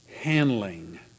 handling